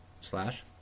slash